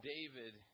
David